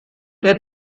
der